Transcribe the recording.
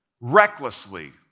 recklessly